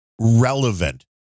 relevant